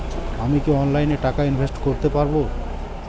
আমি কি অনলাইনে টাকা ইনভেস্ট করতে পারবো?